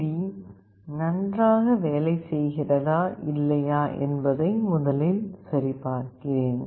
D நன்றாக வேலை செய்கிறதா இல்லையா என்பதை முதலில் சரிபார்க்கிறேன்